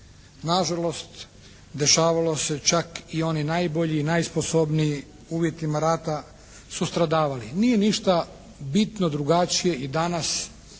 Nažalost, dešavalo se čak i oni najbolji i najsposobniji u uvjetima rata su stradavali. Nije ništa bitno drugačije i danas